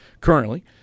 currently